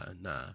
nah